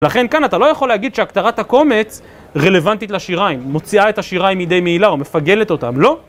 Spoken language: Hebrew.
לכן כאן אתה לא יכול להגיד שהכתרת הקומץ רלוונטית לשיריים, מוציאה את השיריים מידי מעילה או מפגלת אותם, לא!